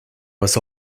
was